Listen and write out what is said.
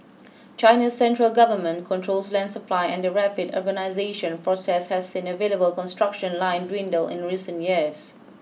China's central government controls land supply and the rapid urbanisation process has seen available construction land dwindle in recent years